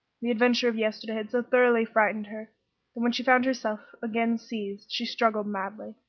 the adventure of yesterday had so thoroughly frightened her that when she found herself again seized she struggled madly.